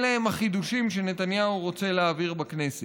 אלה הם החידושים שנתניהו רוצה להעביר בכנסת.